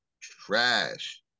trash